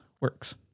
works